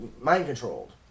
mind-controlled